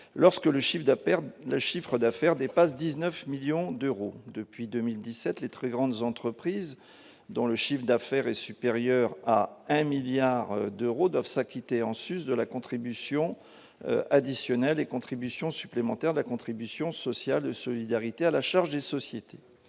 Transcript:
perdu, le chiffre d'affaires dépasse 19 millions d'euros depuis 2017, les très grandes entreprises dont le chiffre d'affaires est supérieur à 1 1000000000 d'euros doivent s'acquitter en Suisse de la contribution additionnelle et contributions supplémentaires, la contribution sociale de solidarité à la charge des sociétés,